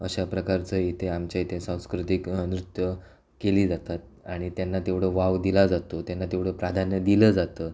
अशा प्रकारचं इथे आमच्या इथे सांस्कृतिक नृत्य केली जातात आणि त्यांना तेवढं वाव दिला जातो त्यांना तेवढं प्राधान्य दिलं जातं